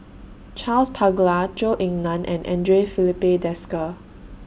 Charles Paglar Zhou Ying NAN and Andre Filipe Desker